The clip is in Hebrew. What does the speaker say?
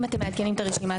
אם אתם מעדכנים את הרשימה,